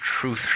truth